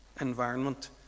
environment